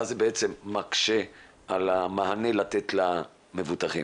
ואז זה מקשה על המענה למבוטחים.